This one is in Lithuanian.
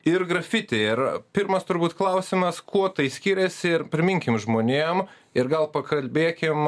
ir grafiti ir pirmas turbūt klausimas kuo tai skiriasi ir priminkim žmonėm ir gal pakalbėkim